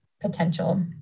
potential